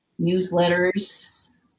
newsletters